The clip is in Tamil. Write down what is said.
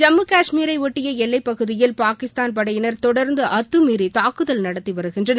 ஜம்மு காஷ்மீரைபொட்டிய எல்லைப் பகுதியில் பாகிஸ்தான் படையினர் தொடர்ந்து அத்துமீறி தாக்குதல் நடத்தி வருகின்றனர்